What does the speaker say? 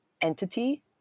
entity